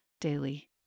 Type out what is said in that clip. daily